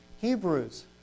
Hebrews